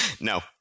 No